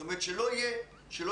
זאת אומרת: שיאפשרו עכשיו 50%,